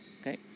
okay